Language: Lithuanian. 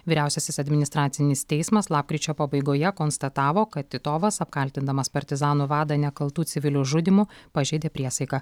vyriausiasis administracinis teismas lapkričio pabaigoje konstatavo kad titovas apkaltindamas partizanų vadą nekaltų civilių žudymu pažeidė priesaiką